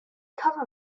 cover